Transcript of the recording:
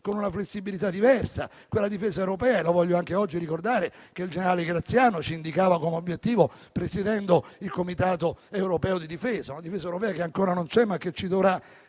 con una flessibilità diversa. Voglio anche oggi ricordare che il generale Graziano ci indicava come obiettivo, presiedendo il Comitato europeo di difesa, una difesa europea che ancora non c'è, ma che ci dovrà